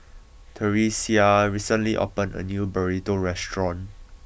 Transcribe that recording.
Theresia recently opened a new Burrito restaurant